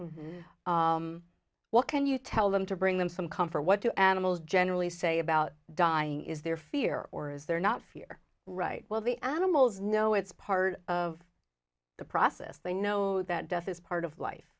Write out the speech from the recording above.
and what can you tell them to bring them some come for what do animals generally say about dying is their fear or is there not fear right well the animals know it's part of the process they know that death is part of life